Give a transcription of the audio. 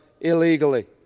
illegally